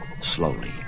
Slowly